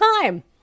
time